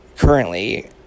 currently